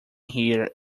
here